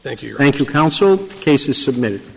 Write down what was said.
thank you thank you counsel in cases submitted